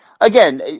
again